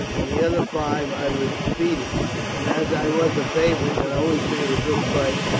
in the other five i was defeated but as i was a favourite, and always made a good fight,